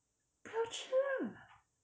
不要吃